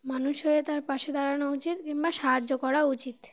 মানুষ হয়ে তার পাশে দাঁড়ানো উচিৎ কিংবা সাহায্য করা উচিৎ